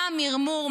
מה המרמור?